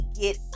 get